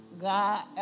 God